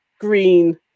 green